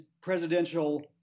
presidential